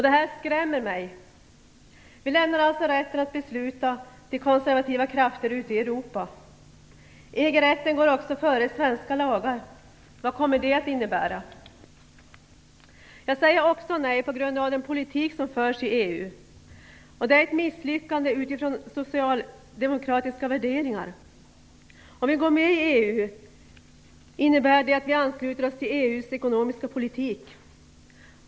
Detta skrämmer mig. Vi lämnar alltså rätten att besluta till konservativa krafter ute i Europa. EG rätten går också före svenska lagar. Vad kommer det att innebära? Jag säger också nej på grund av den politik som förs i EU. Den är ett misslyckande utifrån socialdemokratiska värderingar. Om vi går med i EU, innebär det att vi ansluter oss till EU:s ekonomiska politik.